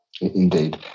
Indeed